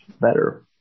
better